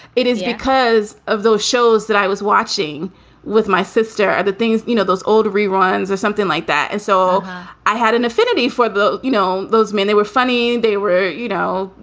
it is because of those shows that i was watching with my sister are the things, you know, those old reruns or something like that. and so i had an affinity for, you know, those men. they were funny. they were, you know,